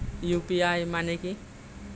UPI মানে কি?